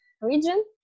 region